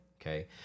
Okay